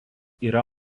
yra